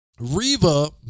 Reva